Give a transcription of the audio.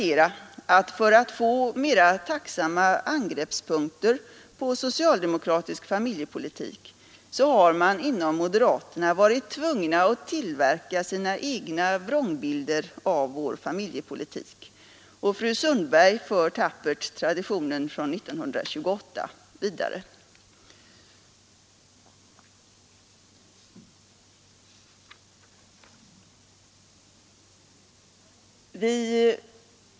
För att få mera tacksamma angreppspunkter på socialdemokratisk familjepolitik har man inom moderata samlingspartiet varit tvungen att tillverka egna vrångbilder av denna, och fru Sundberg för tappert traditionen från 1928 vidare.